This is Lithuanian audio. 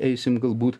eisim galbūt